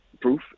proof